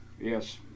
Yes